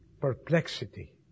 perplexity